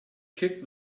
kick